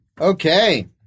Okay